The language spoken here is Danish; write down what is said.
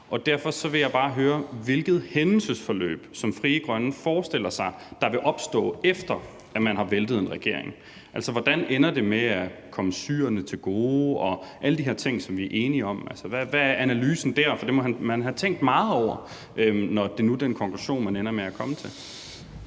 Derfor vil jeg bare høre, hvilket hændelsesforløb Frie Grønne forestiller sig der vil opstå, efter at man har væltet en regering. Hvordan ender det med at komme syrerne til gode og alle de her ting, som vi er enige om? Hvad er analysen der? For det må man have tænkt meget over, når nu det er den konklusion, man ender med at komme til.